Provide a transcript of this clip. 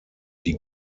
die